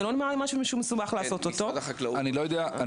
זה לא נראה לי כמו משהו שמסובך לעשות.